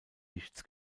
nichts